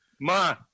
Ma